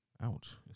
Ouch